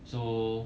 so